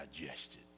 digested